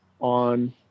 on